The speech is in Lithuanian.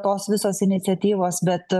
tos visos iniciatyvos bet